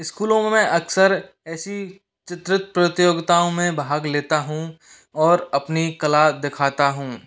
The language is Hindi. स्कूलों में अक्सर ऐसी चित्रित प्रतियोगिताओं में भाग लेता हूँ और अपनी कला दिखाता हूँ